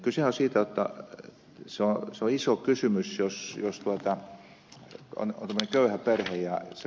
kysehän on siitä jotta se on iso kysymys jos on tämmöinen köyhä perhe